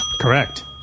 Correct